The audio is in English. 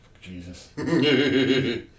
Jesus